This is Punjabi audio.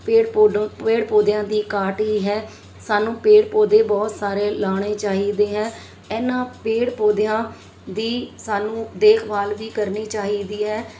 ਪੇੜ ਪੋਡੇ ਪੇੜ ਪੋਦਿਆਂ ਦੀ ਘਾਟ ਹੀ ਹੈ ਸਾਨੂੰ ਪੇੜ ਪੌਦੇ ਬਹੁਤ ਸਾਰੇ ਲਾਣੇ ਚਾਹੀਦੇ ਹੈ ਇਹਨਾਂ ਪੇੜ ਪੌਦਿਆਂ ਦੀ ਸਾਨੂੰ ਦੇਖਭਾਲ ਵੀ ਕਰਨੀ ਚਾਹੀਦੀ ਹੈ